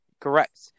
Correct